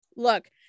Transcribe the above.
look